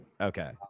okay